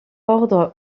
ordre